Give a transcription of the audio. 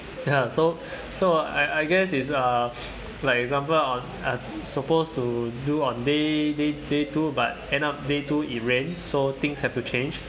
ya so so I I guess is uh like example on uh supposed to do on day day day two but end up day two it rained so things have to change